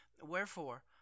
Wherefore